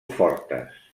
fortes